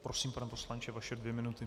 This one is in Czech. Prosím, pane poslanče, vaše dvě minuty.